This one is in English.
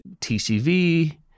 TCV